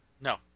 No